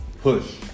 push